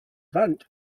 vent